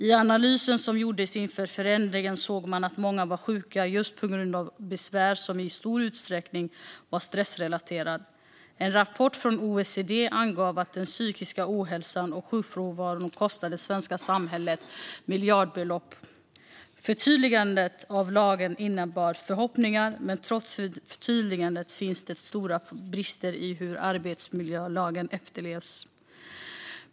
I analysen som gjordes inför förändringen såg man att många var sjuka just på grund av besvär som i stor utsträckning var stressrelaterade. En rapport från OECD angav att den psykiska ohälsan och sjukfrånvaron kostar det svenska samhället miljardbelopp. Förtydligandet av lagen innebar förhoppningar, men trots förtydligandet finns det stora brister i hur arbetsmiljölagen efterlevs.